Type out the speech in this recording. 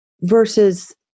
versus